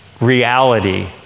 reality